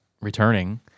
returning –